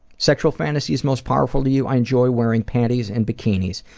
sexual fantasies most powerful to you? i enjoy wearing panties and bikinis.